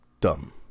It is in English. dumb